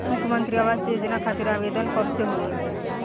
मुख्यमंत्री आवास योजना खातिर आवेदन कब से होई?